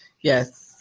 Yes